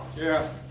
yeah.